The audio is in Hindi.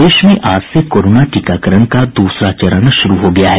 प्रदेश में आज से कोरोना टीकाकरण का दूसरा चरण शुरू हो गया है